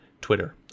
Twitter